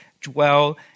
dwell